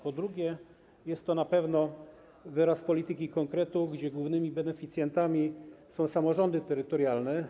Po drugie, jest to na pewno wyraz polityki konkretów, gdzie głównymi beneficjentami są samorządy terytorialne.